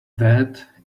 that